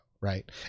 right